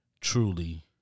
Truly